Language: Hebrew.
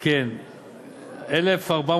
איפה אתה?